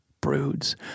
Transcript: broods